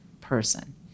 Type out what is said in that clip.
person